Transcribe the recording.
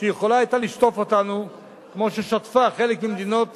שהיתה יכולה לשטוף אותנו כמו ששטפה חלק מהמדינות